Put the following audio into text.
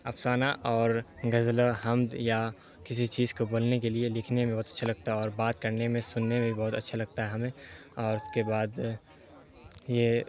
افسانہ اور غزل و حمد یا کسی چیز کو بولنے کے لیے لکھنے میں بہت اچھا لگتا ہے اور بات کرنے میں سننے میں بہت اچھا لگتا ہے ہمیں اور اس کے بعد یہ